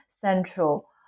central